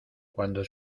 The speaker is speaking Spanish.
cuando